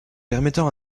permettant